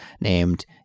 named